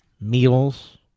meals